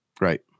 Right